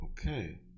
Okay